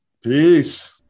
Peace